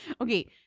Okay